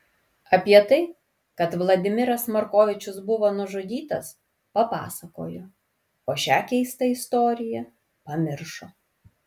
apie tai kad vladimiras markovičius buvo nužudytas papasakojo o šią keistą istoriją pamiršo